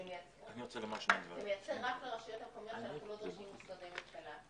מייצר רק לרשויות המקומיות ולא למשרדי ממשלה,